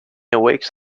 awakes